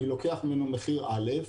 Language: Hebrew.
אני גובה ממנו מחיר א',